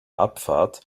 abfahrt